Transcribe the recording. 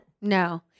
No